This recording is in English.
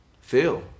Phil